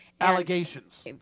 allegations